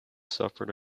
suffered